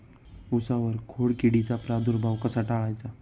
उसावर खोडकिडीचा प्रादुर्भाव कसा टाळायचा?